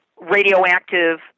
radioactive